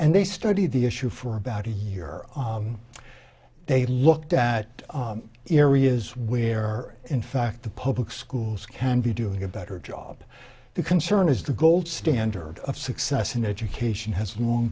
and they studied the issue for about a year they looked at areas where in fact the public schools can be doing a better job the concern is the gold standard of success in education has long